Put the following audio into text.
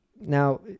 Now